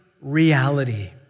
reality